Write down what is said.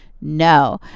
No